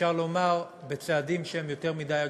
אפשר לומר, בצעדים שהם יותר מדי אגרסיביים.